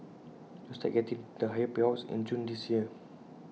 those are getting the higher payouts in June this year